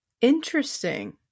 Interesting